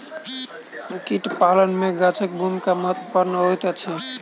कीट पालन मे गाछक भूमिका महत्वपूर्ण होइत अछि